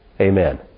Amen